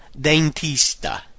dentista